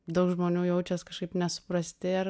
daug žmonių jaučias kažkaip nesuprasti ir